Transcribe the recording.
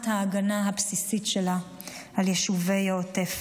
ההגנה הבסיסית שלה על יישובי העוטף.